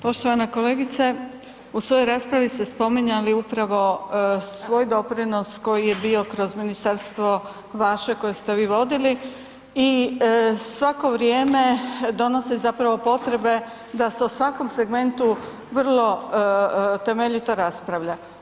Poštovana kolegice, u svojoj raspravi ste spominjali upravo svoj doprinos koji je bio kroz ministarstvo vaše koje ste vi vodili i svako vrijeme donosi zapravo potrebe da se o svakom segmentu vrlo temeljito raspravlja.